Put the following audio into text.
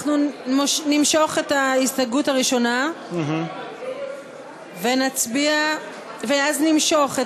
אנחנו נמשוך את ההסתייגות הראשונה, נמשוך את